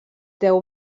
deu